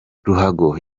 ruhago